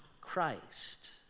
Christ